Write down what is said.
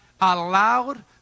allowed